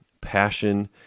passion